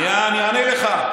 שנייה, אני אענה לך.